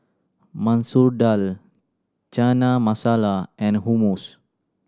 Masoor Dal Chana Masala and Hummus